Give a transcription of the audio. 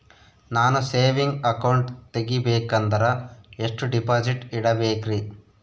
ನಾನು saving account ತೆಗಿಬೇಕಂದರ ಎಷ್ಟು ಡಿಪಾಸಿಟ್ ಇಡಬೇಕ್ರಿ?